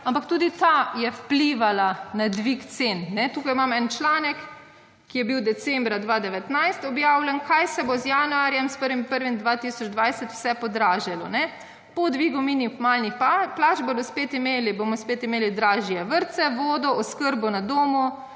ampak tudi ta je vplivala na dvig cen. Tukaj imam en članek, ki je bil decembra 2019 objavljen, kaj se bo z januarjem s 1. januarjem 2020 vse podražilo. Po dvigu minimalnih plač bomo spet imeli dražje vrtcev, vodo, oskrbo na domu,